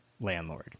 landlord